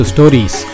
Stories